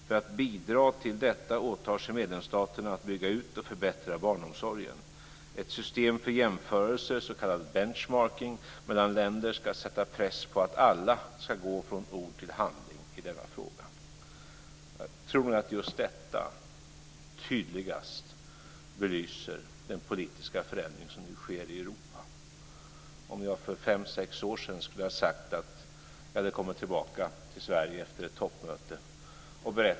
För att bidra till detta åtar sig medlemsstaterna att bygga ut och förbättra barnomsorgen. Ett system för jämförelse - s.k. benchmarking - bland länder ska sätta press på att alla ska gå från ord till handling i denna fråga. Jag tror att just detta tydligast belyser den politiska förändring som nu sker i Europa.